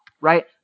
right